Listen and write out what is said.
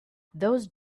those